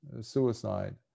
suicide